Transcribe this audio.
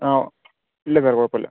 ആ ഓ ഇല്ല സർ കൊഴപ്പം ഇല്ല